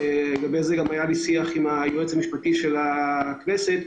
אחרי שיח עם היועץ המשפטי של הכנסת,